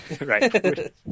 right